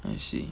I see